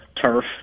Turf